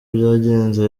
byagenze